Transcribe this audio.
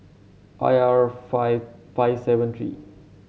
I R five five seven three